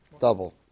Double